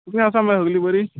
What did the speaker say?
तुमी आसा मरे सगली बरीं